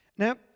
Now